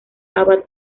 abad